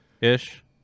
ish